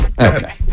Okay